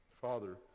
Father